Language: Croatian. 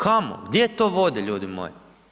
Kamo, gdje to vodi, ljudi moji?